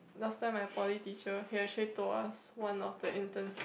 last time my poly teacher he actually told us one of the interns